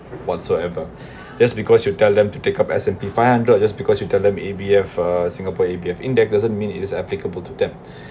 whatsoever just because you tell them to take up s and p five hundred just because you tell them A_B_F uh singapore A_B_F index doesn't mean it is applicable to them